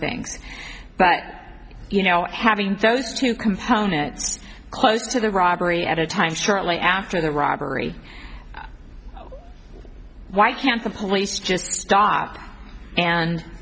things that you know having those two components close to the robbery at a time shortly after the robbery why can't the police just